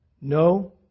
No